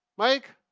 mike?